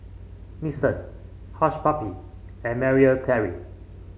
Nixon Hush Puppies and Marie Claire